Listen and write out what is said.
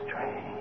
Strange